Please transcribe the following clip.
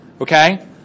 okay